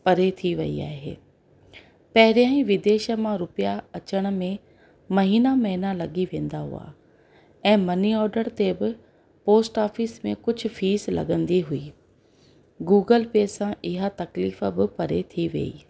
परे थी वई आहे पहिरियों ई विदेश मां रुपया अचण में महीना महीना लॻी वेंदा हुआ ऐं मनी ऑडर ते बि पोस्ट ऑफीस में कुझु फीस लॻंदी हुई गूगल पे सां इहा तकलीफ़ बि परे थी वई